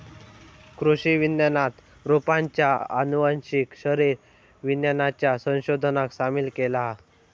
कृषि विज्ञानात रोपांच्या आनुवंशिक शरीर विज्ञानाच्या संशोधनाक सामील केला हा